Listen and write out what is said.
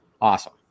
Awesome